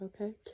okay